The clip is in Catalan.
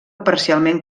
parcialment